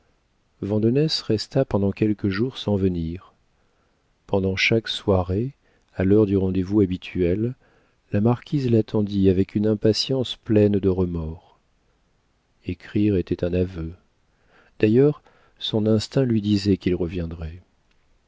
vandenesse resta pendant quelques jours sans venir pendant chaque soirée à l'heure du rendez-vous habituel la marquise l'attendit avec une impatience pleine de remords écrire était un aveu d'ailleurs son instinct lui disait qu'il reviendrait